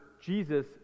jesus